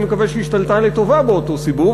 אני מקווה שהיא השתנתה לטובה באותו סיבוב,